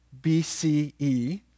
BCE